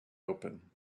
open